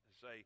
say